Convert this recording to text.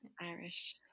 Irish